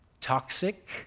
toxic